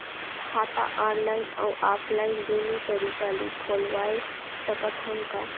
खाता ऑनलाइन अउ ऑफलाइन दुनो तरीका ले खोलवाय सकत हन का?